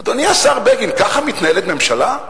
אדוני השר בגין, ככה מתנהלת ממשלה?